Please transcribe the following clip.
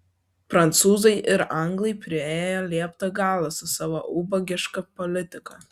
prancūzai ir anglai priėjo liepto galą su savo ubagiška politika